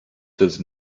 does